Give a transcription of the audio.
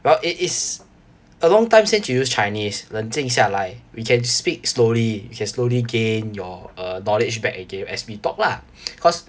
well it is a long time since you used chinese 冷静下来 we can speak slowly you can slowly gain your uh knowledge back again as we talk lah cause